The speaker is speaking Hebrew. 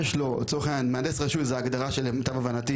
שלהבנתי